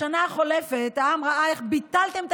בשנה החולפת העם ראה איך ביטלתם את